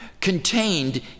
contained